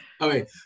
okay